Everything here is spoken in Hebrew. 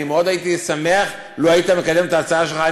אני הייתי מאוד שמח לו היית מקדם את ההצעה שלך.